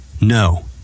no